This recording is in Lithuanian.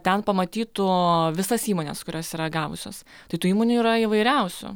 ten pamatytų visas įmones kurios yra gavusios tai tų įmonių yra įvairiausių